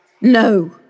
No